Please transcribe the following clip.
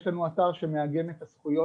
יש לנו אתר שמאגד את הזכויות,